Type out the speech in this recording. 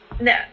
no